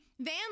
van